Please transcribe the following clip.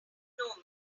know